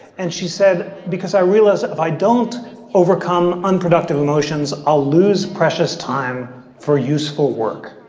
and she said, because i realize if i don't overcome unproductive emotions, i'll lose precious time for useful work.